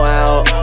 out